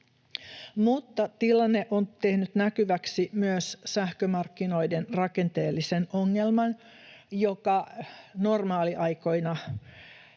tilanne on tehnyt näkyväksi myös sähkömarkkinoiden rakenteellisen ongelman, joka normaaliaikoina